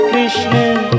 Krishna